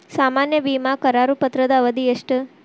ಸಾಮಾನ್ಯ ವಿಮಾ ಕರಾರು ಪತ್ರದ ಅವಧಿ ಎಷ್ಟ?